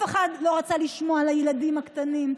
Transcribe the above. אף אחד לא רצה לשמוע על הילדים הקטנים,